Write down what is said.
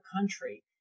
country